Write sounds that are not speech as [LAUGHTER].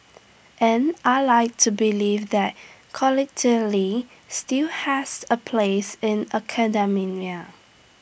and I Like to believe that [UNINTELLIGIBLE] still has A place in [UNINTELLIGIBLE]